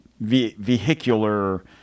vehicular